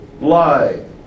Lie